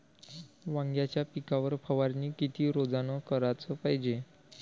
वांग्याच्या पिकावर फवारनी किती रोजानं कराच पायजे?